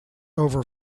over